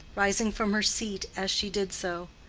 rising from her seat as she did so.